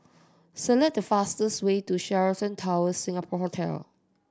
select the fastest way to Sheraton Towers Singapore Hotel